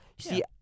see